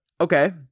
Okay